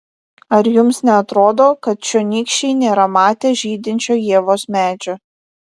ar jums neatrodo kad čionykščiai nėra matę žydinčio ievos medžio